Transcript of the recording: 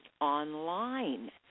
online